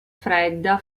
fredda